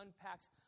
unpacks